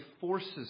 forces